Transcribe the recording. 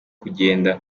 kugenda